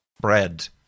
bread